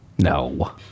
No